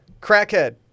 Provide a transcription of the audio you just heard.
Crackhead